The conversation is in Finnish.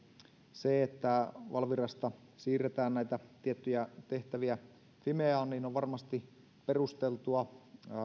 se että valvirasta siirretään näitä tiettyjä tehtäviä fimeaan on varmasti perusteltua